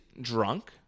drunk